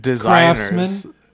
craftsmen